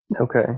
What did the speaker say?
Okay